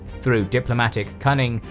through diplomatic cunning,